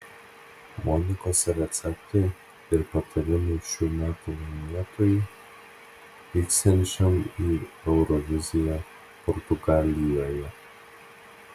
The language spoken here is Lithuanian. monikos receptai ir patarimai šių metų laimėtojui vyksiančiam į euroviziją portugalijoje